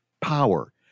power